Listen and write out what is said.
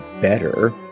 better